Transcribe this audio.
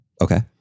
Okay